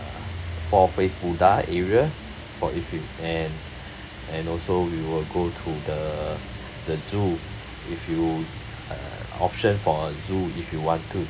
four face buddha area or if you and and also we will go to the the zoo if you uh option for zoo if you want to